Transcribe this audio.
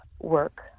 work